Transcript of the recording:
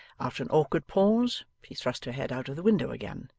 after an awkward pause, she thrust her head out of the window again,